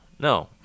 No